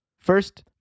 First